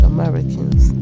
Americans